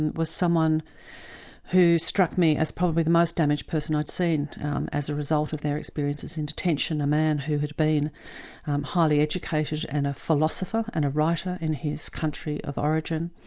and was someone who struck me as probably the most damaged person i'd seen seen um as a result of their experiences in detention, a man who had been highly educated and a philosopher and writer in his country of origin.